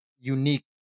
unique